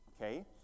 Okay